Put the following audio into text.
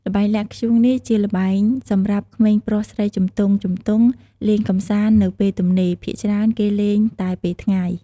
ល្បែងលាក់ធ្យូងនេះ ជាល្បែងសម្រាប់ក្មេងប្រុសស្រីជំទង់ៗលេងកំសាន្តនៅពេលទំនេរ ភាគច្រើនគេលេងតែពេលថ្ងៃ។